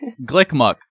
Glickmuck